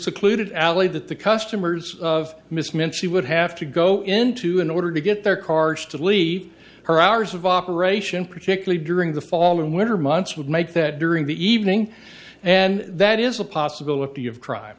secluded alley that the customers of miss meant she would have to go into in order to get their cars to leave her hours of operation particularly during the fall and winter months would make that during the evening and that is a possibility of crime